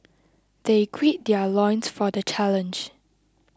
they grid their loins for the challenge